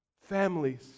Families